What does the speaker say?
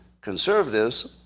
conservatives